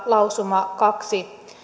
lausuma kaksi